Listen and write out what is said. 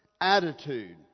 attitude